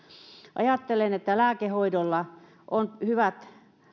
ajattelen että lääkehoidolla on hyvät